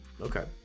Okay